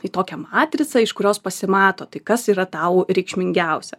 į tokią matricą iš kurios pasimato tai kas yra tau reikšmingiausia